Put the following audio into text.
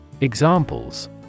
Examples